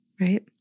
right